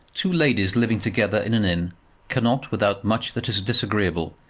two ladies living together in an inn cannot, without much that is disagreeable,